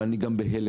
אבל אני גם בהלם.